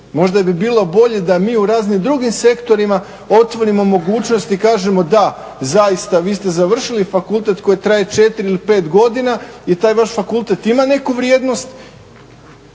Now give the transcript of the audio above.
možda bi bilo bolje da mi u raznim drugim sektorima otvorimo mogućnost i kažemo da, zaista, vi ste završili fakultet koji traje 4 ili 5 godina i taj vaš fakultet ima neku vrijednost.